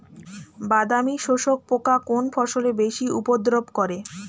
বাদামি শোষক পোকা কোন ফসলে বেশি উপদ্রব করে?